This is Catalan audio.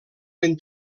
ben